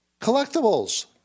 collectibles